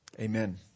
Amen